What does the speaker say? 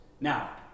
Now